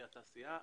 והתעשייה.